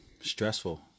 Stressful